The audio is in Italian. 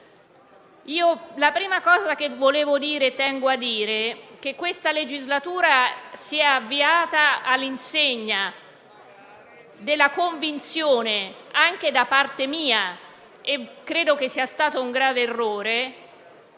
La prima cosa che tengo a dire è che questa legislatura si è avviata all'insegna della convinzione - anche da parte mia e credo sia stato un grave errore